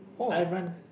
I run